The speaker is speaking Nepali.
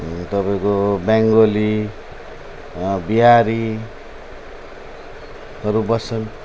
तपाईँको बङ्गाली बिहारीहरू बस्छन्